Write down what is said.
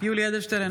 יולי יואל אדלשטיין,